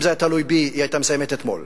אם זה היה תלוי בי היא היתה מסיימת אתמול,